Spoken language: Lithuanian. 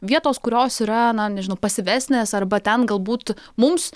vietos kurios yra na nežinau pasyvesnės arba ten galbūt mums